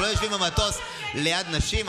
אנחנו לא יושבים במטוס ליד נשים?